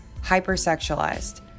hypersexualized